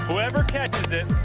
whoever catches it,